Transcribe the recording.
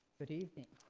good evening,